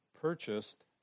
purchased